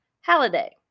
Halliday